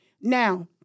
Now